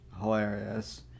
hilarious